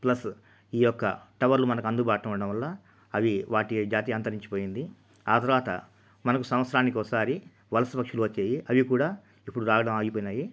plus ఈ యొక్క టవర్లు మనకు అందుబాటులో ఉండటం వల్ల అవి వాటి జాతి అంతరించిపోయింది ఆ తర్వాత మనకు సంవత్సరానికి ఒకసారి వలస పక్షులు వచ్చేవి అవి కూడా ఇప్పుడు రావడం ఆగిపోయినాయి